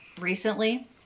recently